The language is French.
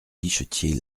guichetier